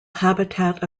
habitat